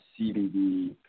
CBD